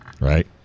right